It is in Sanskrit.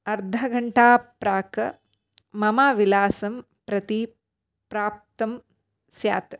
अर्धघण्टा प्राक् मम विलासं प्रति प्राप्तं स्यात्